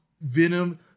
Venom